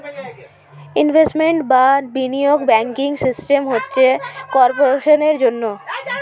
investment বা বিনিয়োগ banking system হচ্ছে কর্পোরেশনের জন্যে